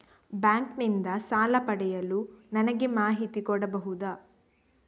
Bank ನಿಂದ ಸಾಲ ಪಡೆಯಲು ನನಗೆ ಮಾಹಿತಿ ಕೊಡಬಹುದ?